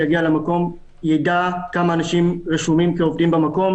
שיגיע למקום ידע כמה אנשים רשומים כעובדים במקום.